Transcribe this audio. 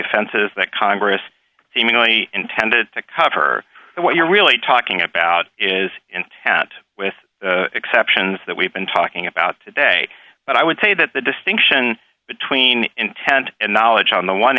offenses that congress seemingly intended to cover and what you're really talking about is in that with exceptions that we've been talking about today but i would say that the distinction between intent and knowledge on